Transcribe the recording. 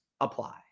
apply